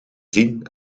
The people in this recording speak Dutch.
zien